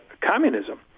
communism